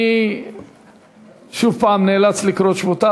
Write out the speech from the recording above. אני שוב הפעם נאלץ לקרוא את השמות.